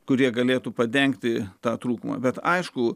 kurie galėtų padengti tą trūkumą bet aišku